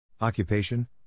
Occupation